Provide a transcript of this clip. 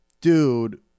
dude